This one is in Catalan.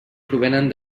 provenen